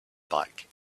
bike